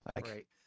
Right